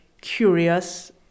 curious